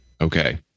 Okay